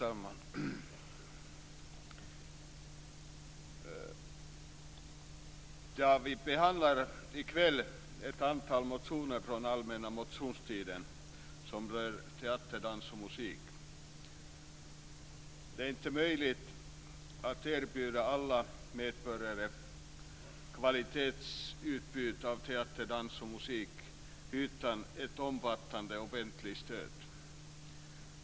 Herr talman! Vi behandlar i dag ett antal motioner från allmänna motionstiden som rör teater, dans och musik. Det är inte möjligt att erbjuda alla medborgare ett kvalitetsutbud av teater, dans och musik utan ett omfattande offentligt stöd.